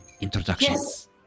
Introductions